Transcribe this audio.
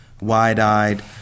Wide-eyed